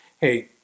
hey